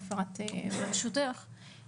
הקשבתי לדין.